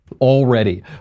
Already